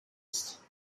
ist